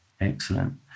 Excellent